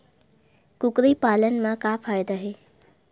कुकरी पालन म का फ़ायदा हे?